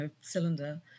cylinder